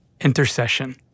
intercession